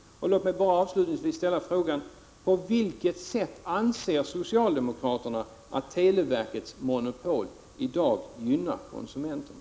Låt mig avslutningsvis ställa frågan: På vilket sätt anser socialdemokraterna att televerkets monopol i dag gynnar konsumenterna?